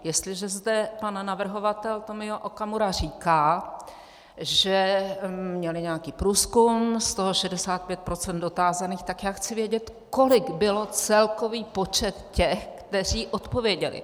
Jestliže zde pan navrhovatel Tomio Okamura říká, že měli nějaký průzkum, z toho 65 % dotázaných, tak já chci vědět, kolik byl celkový počet těch, kteří odpověděli.